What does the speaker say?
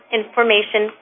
Information